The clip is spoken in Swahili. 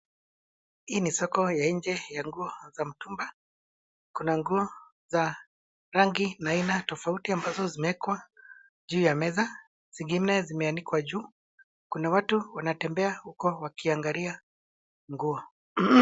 Hii ni soko ya nje ya nguo za mitumba. Kuna nguo za rangi na aina tofauti ambazo zimewekwa juu ya meza zingine zimeanikwa juu. Kuna watu wanatembea huko wakiangalia nguo.